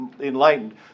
enlightened